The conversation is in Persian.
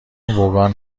وگان